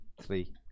three